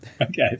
Okay